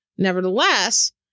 Nevertheless